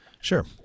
Sure